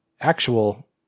actual